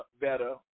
better